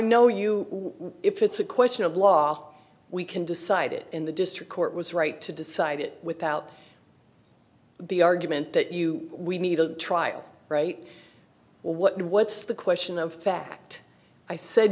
know you if it's a question of law we can decide it in the district court was right to decide it without the argument that you we need a trial right what what's the question of fact i said